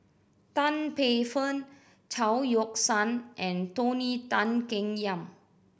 Tan Paey Fern Chao Yoke San and Tony Tan Keng Yam